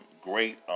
great